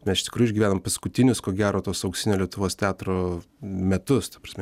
mes iš tikrųjų išgyvenam paskutinius ko gero tuos auksinio lietuvos teatro metus ta prasme